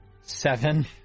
Seven